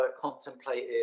contemplated